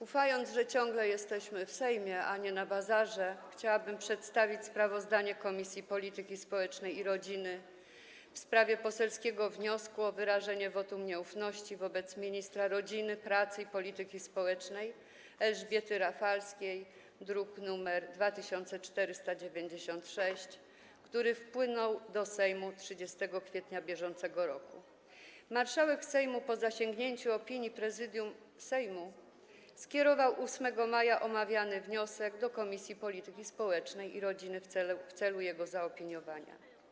Ufając, że ciągle jesteśmy w Sejmie, a nie na bazarze, chciałabym przedstawić sprawozdanie Komisji Polityki Społecznej i rodziny w sprawie poselskiego wniosku o wyrażenie wotum nieufności wobec ministra rodziny, pracy i polityki społecznej Elżbiety Rafalskiej, druk nr 2496, który wpłynął do Sejmu 30 kwietnia br. Marszałek Sejmu, po zasięgnięciu opinii Prezydium Sejmu, skierował 8 maja omawiany wniosek do Komisji Polityki Społecznej i Rodziny w celu jego zaopiniowania.